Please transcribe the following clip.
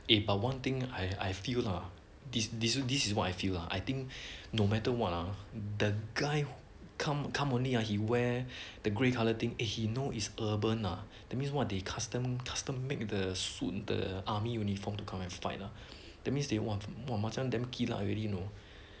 eh but one thing I I feel lah this this this is what I feel lah I think no matter what ah the guy come come only ah he wear the grey colour thing eh he know is urban lah that means what the custom custom make the suit the army uniform to come and fight lah that means they want more macam damn already know